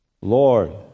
Lord